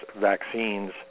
vaccines